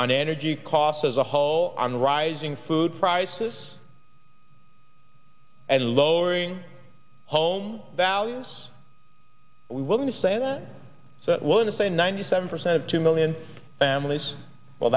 on energy costs as a whole on rising food prices and lowering home values willing to say it so willing to say ninety seven percent of two million families well